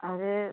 अरे